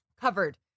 covered